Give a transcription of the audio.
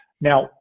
Now